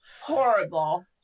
horrible